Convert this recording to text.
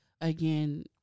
again